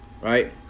right